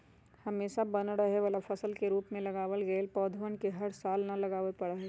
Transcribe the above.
हमेशा बनल रहे वाला फसल के रूप में लगावल गैल पौधवन के हर साल न लगावे पड़ा हई